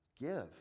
Give